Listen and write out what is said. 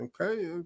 Okay